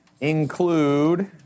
include